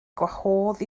gwahodd